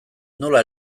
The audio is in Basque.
nola